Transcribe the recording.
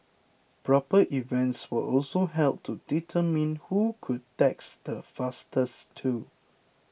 proper events were also held to determine who could text the fastest too